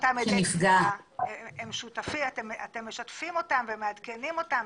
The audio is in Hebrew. אתם משתפים אותם ומעדכנים אותם,